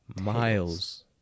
Miles